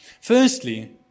Firstly